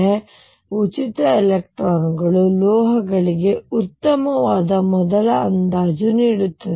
ಆದ್ದರಿಂದ ಉಚಿತ ಎಲೆಕ್ಟ್ರಾನ್ಗಳು ಲೋಹಗಳಿಗೆ ಉತ್ತಮವಾದ ಮೊದಲ ಅಂದಾಜು ನೀಡುತ್ತವೆ